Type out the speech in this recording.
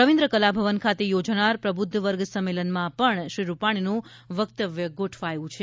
રવિન્દ્ર કલાભવન ખાતે યોજાનાર પ્રબુધ્ધ વર્ગ સંમેલનમાં પણ શ્રી રૂપાણીનું વક્તવ્ય ગોઠવાયું છે